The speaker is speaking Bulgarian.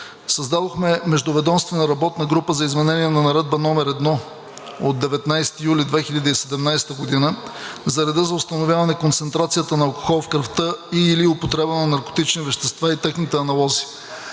създадохме Междуведомствена работна група за изменение на Наредба № 1 от 19 юли 2017 г. за реда за установяване на концентрацията на алкохол в кръвта и/или употреба на наркотични вещества и техните аналози.